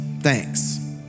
Thanks